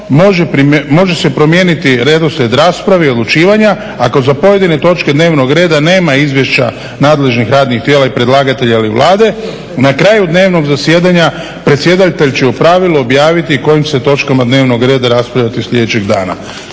može se promijeniti redoslijed rasprave i odlučivanja ako za pojedine točke dnevnog reda nema izvješća nadležnih radnih tijela i predlagatelja ili Vlade. Na kraju dnevnog zasjedanja predsjedatelj će u pravilu objaviti o kojim će se točkama dnevnog reda raspravljati sljedećeg dana.